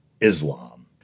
Islam